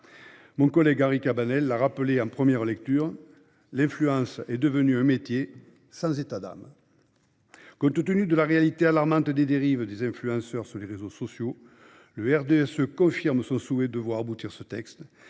Mon collègue Henri Cabanel l'a rappelé en première lecture, l'influence est devenue un métier sans état d'âme. Compte tenu de la réalité alarmante des dérives des influenceurs sur les réseaux sociaux, le RDSE confirme son souhait de voir aboutir ce texte,